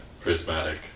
prismatic